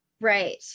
Right